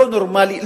לא נורמלי,